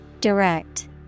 Direct